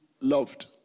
loved